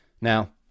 Now